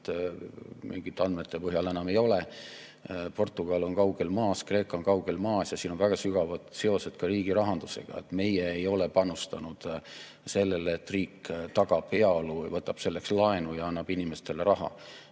Mingite andmete põhjal enam ei ole. Portugal on kaugel maas, Kreeka on kaugel maas, ja siin on väga tugevad seosed ka riigirahandusega. Meie ei ole panustanud sellele, et riik tagab heaolu, võtab selleks laenu ja annab inimestele raha.